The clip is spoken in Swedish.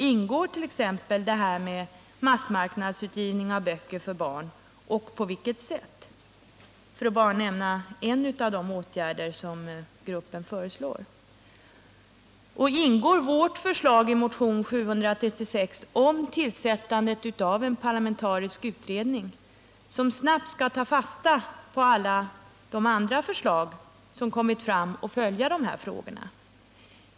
Ingår t.ex., för att nämna en av de åtgärder som gruppen föreslår, detta med massmarknadsutgivning av böcker för barn och i så fall på vilket sätt? Ingår vårt förslag i motionen 736 om tillsättande av en parlamentarisk utredning, som snabbt skall ta fasta på alla de andra förslag som redan kommit fram och följa de här frågorna?